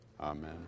Amen